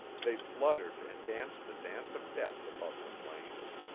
they fluttered and danced the dance of death above the flames.